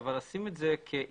אבל לשים את זה כעילה,